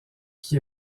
qui